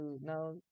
now